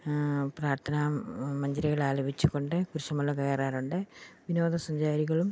പ്രാർത്ഥനാ മഞ്ജരികളാലപിച്ചുകൊണ്ട് കുരിശ് മല കയറാറുണ്ട് വിനോദസഞ്ചാരികളും